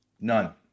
None